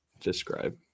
describe